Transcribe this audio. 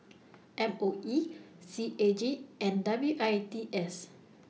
M O E C A G and W I T S